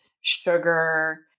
sugar